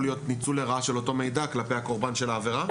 להיות ניצול לרעה של אותו מידע כלפי הקורבן של העבירה?